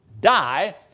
die